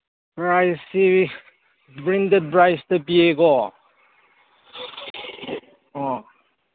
ꯄ꯭ꯔꯥꯏꯁꯁꯤ ꯕ꯭ꯔꯦꯟꯗꯦꯠ ꯄ꯭ꯔꯥꯏꯁꯇ ꯄꯤꯌꯦꯀꯣ ꯑꯣ